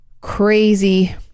crazy